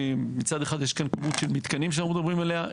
מצד אחד יש כאן כמות של מתקנים שאנחנו מדברים עליה.